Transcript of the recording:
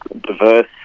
Diverse